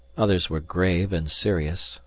others were grave and serious,